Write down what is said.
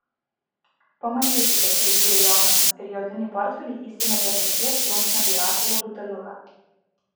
pamatysite pridūrė johanas ir į odinį portfelį įsimetė žąsies plunksną bei rašalo buteliuką